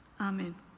Amen